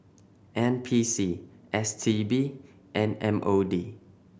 N P C S T B and M O D